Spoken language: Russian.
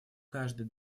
каждый